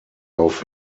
auf